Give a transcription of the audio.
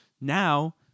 now